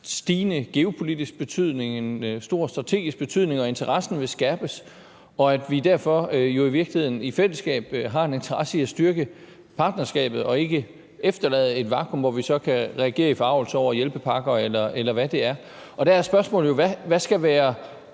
stigende geopolitisk betydning, en stor strategisk betydning, og at interessen vil skærpes, og at vi derfor i virkeligheden i fællesskab har en interesse i at styrke partnerskabet og ikke efterlade et vakuum, hvor vi så kan reagere i forargelse over hjælpepakker, eller hvad det er. Der er spørgsmålet jo: Hvad skal være